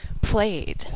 played